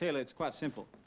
and its quite simple.